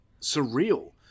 surreal